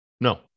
No